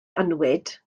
annwyd